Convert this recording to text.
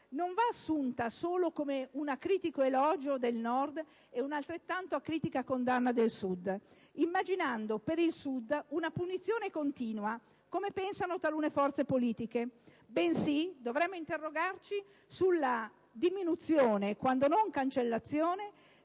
non va assunta solo come un acritico elogio del Nord e un'altrettanto acritica condanna del Sud, immaginando per il Sud una punizione continua, come pensano talune forze politiche, bensì dovremmo interrogarci sulla diminuzione, quando non cancellazione,